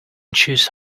choose